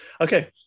Okay